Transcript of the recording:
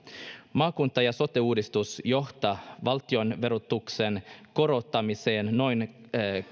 maakunta ja sote uudistus johtaa valtion verotuksen korottamiseen noin